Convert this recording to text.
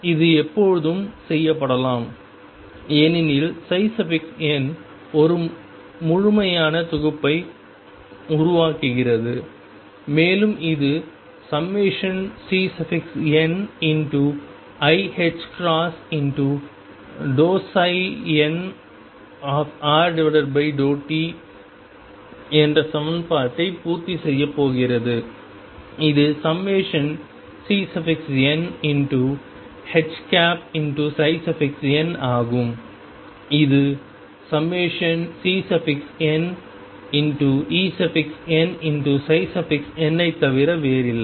இது எப்போதும் செய்யப்படலாம் ஏனெனில் n ஒரு முழுமையான தொகுப்பை உருவாக்குகிறது மேலும் இது ∑Cniℏn∂t என்ற சமன்பாட்டை பூர்த்தி செய்யப் போகிறது இது ∑CnHn ஆகும் இது ∑CnEnn ஐத் தவிர வேறில்லை